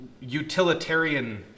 utilitarian